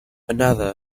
another